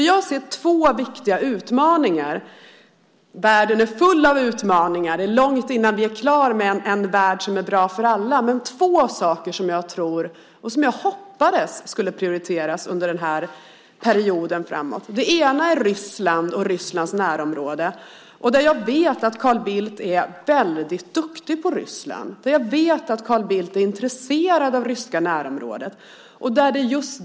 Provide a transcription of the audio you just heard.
Jag ser två viktiga utmaningar - världen är full av utmaningar. Det är långt innan vi är klara med en värld som är bra för alla, men det är två saker som jag tror bör och som jag hoppades skulle prioriteras under den här perioden framåt. Den ena är Ryssland och Rysslands närområde. Jag vet att Carl Bildt är väldigt duktig på Ryssland. Jag vet att Carl Bildt är intresserad av det ryska närområdet.